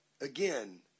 Again